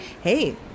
hey